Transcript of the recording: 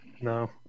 No